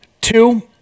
two